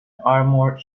armoured